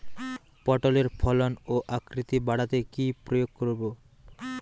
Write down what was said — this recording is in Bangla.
পটলের ফলন ও আকৃতি বাড়াতে কি প্রয়োগ করব?